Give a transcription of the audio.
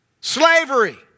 Slavery